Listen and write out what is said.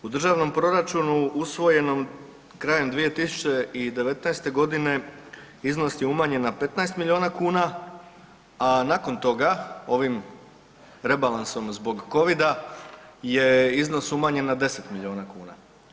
U državnom proračunu usvojenom krajem 2019. g. iznos je umanjen na 15 milijuna kuna a nakon toga ovim rebalansom zbog COVID-a je iznos umanjen na 10 milijuna kuna.